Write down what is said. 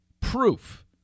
proof